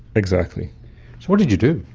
exactly. so what did you do?